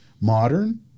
modern